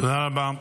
תודה רבה.